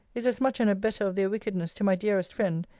is as much an abettor of their wickedness to my dearest friend,